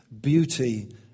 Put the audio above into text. beauty